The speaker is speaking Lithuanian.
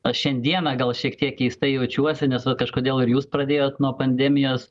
aš šiandieną gal šiek tiek keistai jaučiuosi nes vat kažkodėl ir jūs pradėjot nuo pandemijos